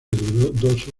dudoso